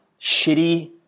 shitty